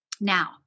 Now